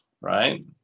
right